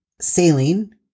saline